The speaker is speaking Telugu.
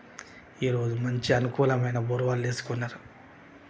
ఈ రోజు మంచి అనుకూలమైన బోరువాల్లు వేసుకున్నారు